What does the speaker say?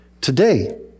today